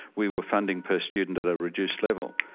we were funding per student at a reduced level.